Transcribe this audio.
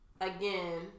again